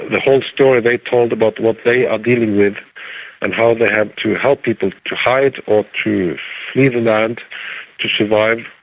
the whole story they told about what they are dealing with and how they have to help people to hide or to flee the land to survive,